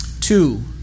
Two